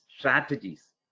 Strategies